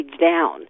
down